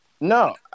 no